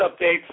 updates